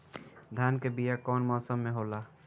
धान के बीया कौन मौसम में होला?